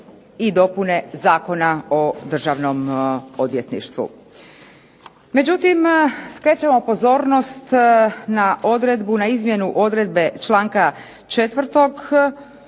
i dopune Zakona o Državnom odvjetništvu. Međutim, skrećemo pozornost na izmjenu odredbe članka 4.